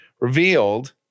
revealed